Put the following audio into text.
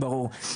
ברור.